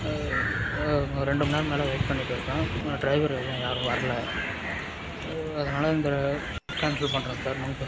ரெண்டு மண்நேரம் மேலே வெயிட் பண்ணிட்டுருக்கேன் டிரைவர் எதுவும் யாரும் வரல அதனால் இந்த கேன்சல் பண்ணுறேன் சார் முன்ப